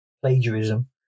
plagiarism